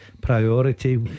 priority